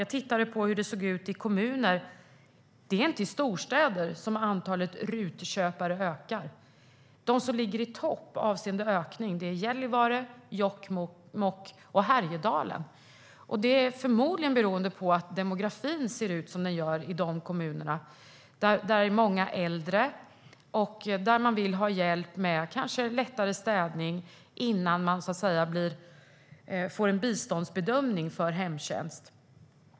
Jag tittade på hur det såg ut i kommunerna. Det är inte i storstäderna som antalet RUT-köpare ökar. De kommuner som ligger i topp avseende ökning är Gällivare, Jokkmokk och Härjedalen. Det beror förmodligen på att demografin ser ut som den gör i dessa kommuner. Här bor många äldre som vill ha hjälp med till exempel lättare städning innan de får en biståndsbedömning för hemtjänst.